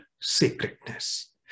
sacredness